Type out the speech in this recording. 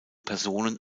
personen